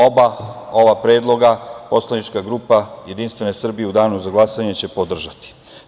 Oba ova predloga poslanička grupe Jedinstvene Srbije u danu za glasanje će podržati.